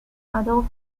adolf